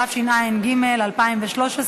התשע"ג 2013,